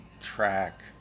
track